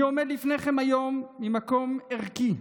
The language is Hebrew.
אני עומד לפניכם היום ממקום ערכי.